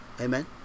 Amen